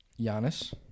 Giannis